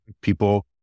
people